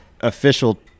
official